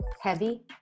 heavy